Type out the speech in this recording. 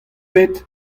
bet